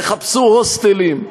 תחפשו הוסטלים,